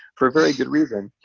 for a very good reason,